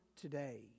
today